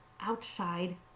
outside